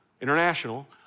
International